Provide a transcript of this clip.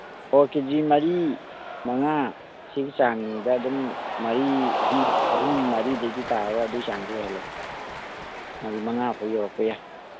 ꯑꯣ ꯀꯦ ꯖꯤ ꯃꯔꯤ ꯃꯉꯥ ꯁꯤꯒꯤ ꯆꯥꯡꯗ ꯑꯗꯨꯝ ꯃꯔꯤ ꯑꯍꯨꯝ ꯑꯍꯨꯝ ꯃꯔꯤꯗꯩꯗꯤ ꯇꯥꯔꯔꯣꯏ ꯑꯗꯨꯏ ꯆꯥꯡꯗ ꯑꯣꯏꯍꯜꯂꯁꯤ ꯃꯉꯥ ꯐꯥꯎ ꯌꯧꯔꯛꯄ ꯌꯥꯏ